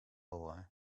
boy